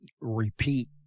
repeat